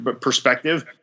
perspective